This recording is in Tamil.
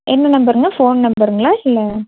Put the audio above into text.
என்ன நம்பருங்க ஃபோன் நம்பருங்களா இல்லை